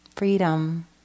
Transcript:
freedom